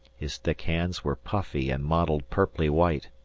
his thick hands were puffy and mottled purply white.